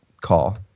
call